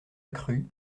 accrus